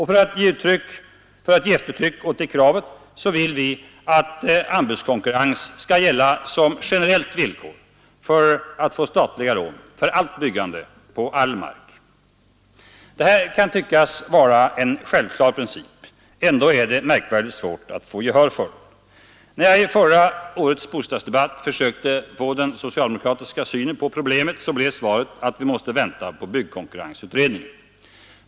För att ge eftertryck åt det kravet vill vi att anbudskonkurrens skall gälla som generellt villkor för att få statliga lån, för allt byggande, på all mark. Detta kan tyckas vara en självklar princip; ändå är det märkvärdigt svårt att få gehör för den. När jag i förra årets bostadsdebatt försökte få den socialdemokratiska synen på problemet blev svaret att vi måste vänta på byggkonkurrensutredningen.